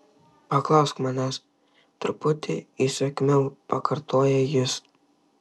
paklausk manęs truputį įsakmiau pakartoja jis